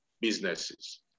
businesses